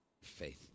Faith